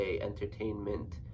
entertainment